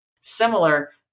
similar